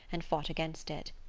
and fought against it.